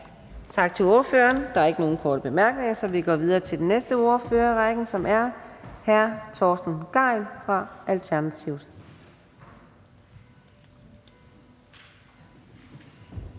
Tak til ordføreren. Der er ikke nogen korte bemærkninger, så vi går videre til den næste ordfører i rækken, som er hr. Torsten Gejl fra Alternativet.